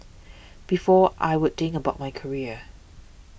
before I would think about my career